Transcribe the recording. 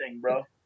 bro